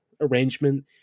arrangement